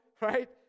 Right